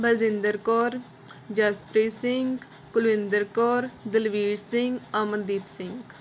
Baljinder Kaur Jaspreet Singh Kulwinder Kaur Dilveer Singh Amandeep Singh